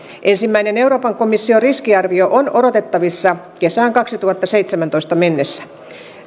ensimmäinen euroopan komission riskiarvio on odotettavissa kesään kaksituhattaseitsemäntoista mennessä